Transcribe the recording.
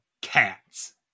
Cats